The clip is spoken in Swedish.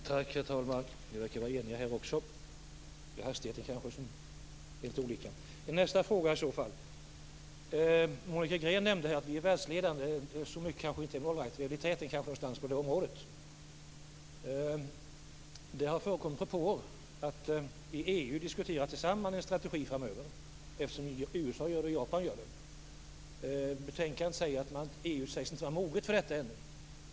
Herr talman! Vi verkar vara eniga också i den här frågan. Monica Green nämnde här att vi är världsledande på området. Det kanske inte stämmer, men vi kanske är någonstans i täten. Det har förekommit propåer om att vi i EU tillsammans skall diskutera en strategi framöver på samma sätt som USA och Japan gör. I betänkandet sägs att EU inte är moget för detta ännu.